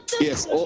Yes